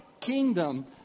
kingdom